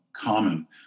common